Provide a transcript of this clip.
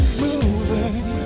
moving